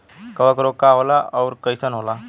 कवक रोग का होला अउर कईसन होला?